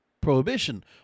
prohibition